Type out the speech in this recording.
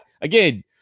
again